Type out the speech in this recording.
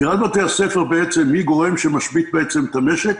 סגירת בתי הספר היא גורם שמשבית את המשק